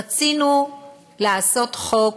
רצינו לעשות חוק